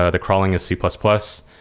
ah the crawling is c plus plus.